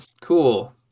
cool